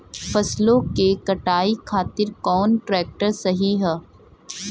फसलों के कटाई खातिर कौन ट्रैक्टर सही ह?